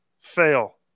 fail